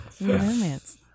Romance